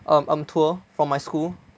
um tour from my school